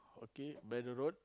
okay Braddell road